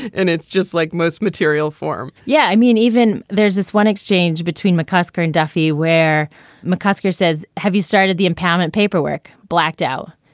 and it's just like most material for yeah. i mean even there's this one exchange between mccusker and duffy where mccusker says, have you started the empowerment paperwork blacked out?